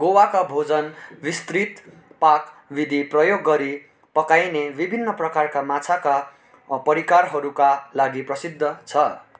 गोवाको भोजन विस्तृत पाक विधि प्रयोग गरी पकाइने विभिन्न प्रकारका माछाका परिकारहरूका लागि प्रसिद्ध छ